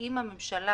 האם הממשלה